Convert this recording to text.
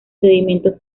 sedimentos